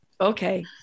okay